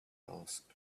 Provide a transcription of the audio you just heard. asked